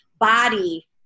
body